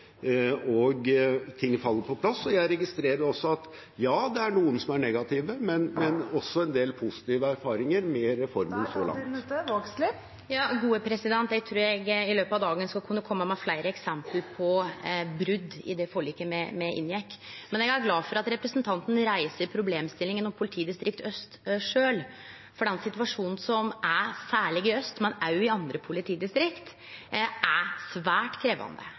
og ting faller på plass. Jeg registrerer også at det er noen som er negative, men det er også en del positive erfaringer med reformen så langt. Eg trur eg i løpet av dagen skal kunne kome med fleire eksempel på brot i det forliket me inngjekk, men eg er glad for at representanten reiser problemstillinga om Aust politidistrikt sjølv, for den situasjonen som er, særleg i aust politidistrikt, men òg i andre politidistrikt, er svært krevjande,